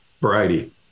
variety